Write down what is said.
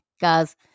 Guys